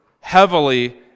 heavily